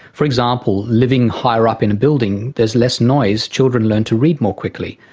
for example, living higher up in a building, there is less noise, children learn to read more quickly.